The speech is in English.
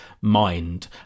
mind